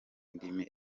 ndimi